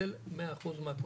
לנצל מאה אחוזים מהקולחים.